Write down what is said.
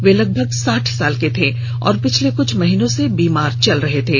वे लगभग साठ साल के थे और पिछले कुछ महीनों से बीमार चल रहे थे